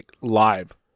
live